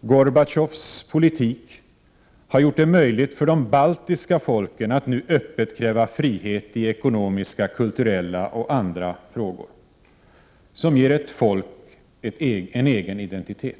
Gorbatjovs politik har gjort det möjligt för de baltiska folken att nu öppet kräva frihet i ekonomiska, kulturella och andra frågor som ger ett folk en egen identitet.